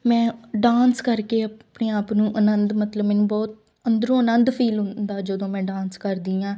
ਮੈਂ ਡਾਂਸ ਕਰਕੇ ਆਪਣੇ ਆਪ ਨੂੰ ਆਨੰਦ ਮਤਲਬ ਮੈਨੂੰ ਬਹੁਤ ਅੰਦਰੋਂ ਆਨੰਦ ਫੀਲ ਹੁੰਦਾ ਜਦੋਂ ਮੈਂ ਡਾਂਸ ਕਰਦੀ ਹਾਂ